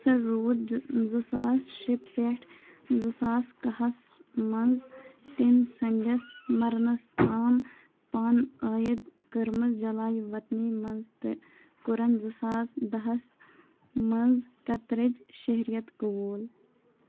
سُہ روٗد زٕ ساس شےٚ پٮ۪ٹھ زٕ ساس کَہہ ہَس منٛز تٔمۍ سٕنٛدِس مَرنَس تام پانہٕ عٲیِد کٔرمٕژ جَلایہِ وَطنی منٛز تہٕ کوٚرٕن زٕ ساس دَہَس منٛز قطرٕچ شہریت قبوٗل